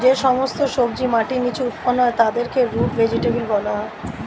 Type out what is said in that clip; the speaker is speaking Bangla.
যে সমস্ত সবজি মাটির নিচে উৎপন্ন হয় তাদেরকে রুট ভেজিটেবল বলা হয়